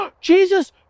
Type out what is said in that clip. Jesus